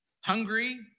hungry